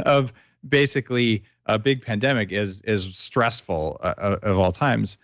of basically a big pandemic is is stressful of all times.